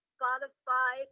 Spotify